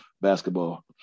basketball